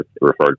referred